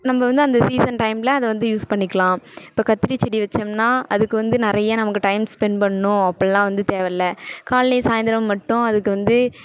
நம்ம வந்து அந்த சீசன் டைமில் அதை யூஸ் பண்ணிக்லாம் இப்போ கத்திரி செடி வச்சோம்னா அதுக்கு வந்து நிறைய நமக்கு டைம் ஸ்பென்ட் பண்ணணும் அப்படிலாம் வந்து தேவயில்ல காலைலியும் சாயந்தரமும் மட்டும் அதுக்கு வந்து